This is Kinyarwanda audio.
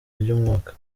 ry’umwuka